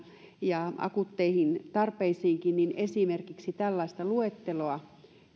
ja akuutteihin tarpeisiinkin esimerkiksi tällaista luetteloa tai listaa